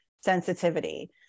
sensitivity